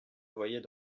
voyait